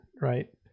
right